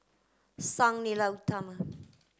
Sang Nila Utama